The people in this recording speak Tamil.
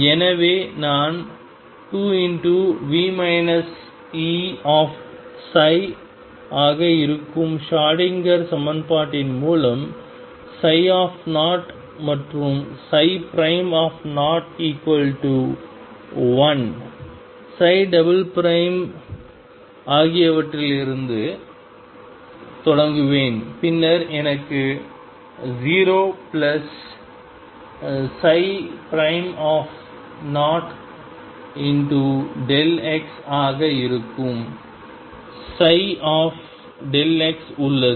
எனவே நான் 2V E ஆக இருக்கும் ஷ்ரோடிங்கர் சமன்பாட்டின் மூலம் ψ மற்றும் 1 ஆகியவற்றிலிருந்து தொடங்குவேன் பின்னர் எனக்கு 00xஆக இருக்கும் ψ உள்ளது